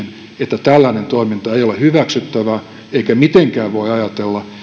että tällainen toiminta ei ole hyväksyttävää eikä mitenkään voi ajatella